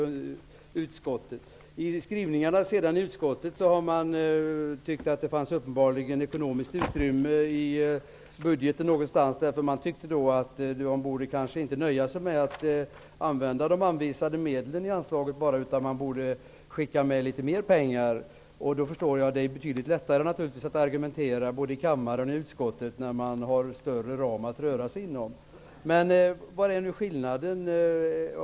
I utskottets skrivningar har de uppenbarligen tyckt att det finns ekonomiskt utrymme någonstans i budgeten, eftersom de tyckte att de inte borde nöja sig med att använda de anvisade medlen i anslaget utan att mer pengar borde skickas med. Jag förstår att det naturligtvis är betydligt lättare att i både kammaren och utskottet argumentera med större ramar att röra sig inom. Men vad är nu skillnaden?